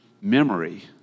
memory